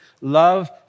Love